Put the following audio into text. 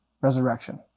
Resurrection